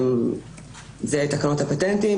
זה תקנות הפטנטים.